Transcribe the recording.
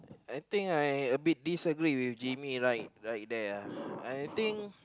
I think I a bit disagree with Jimmy right right there